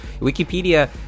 Wikipedia